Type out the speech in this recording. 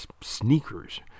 sneakers